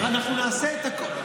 אבל זה רב, אנחנו נעשה את הכול.